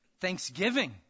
Thanksgiving